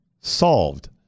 solved